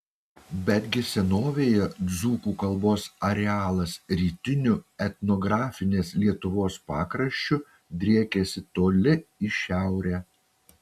betgi senovėje dzūkų kalbos arealas rytiniu etnografinės lietuvos pakraščiu driekėsi toli į šiaurę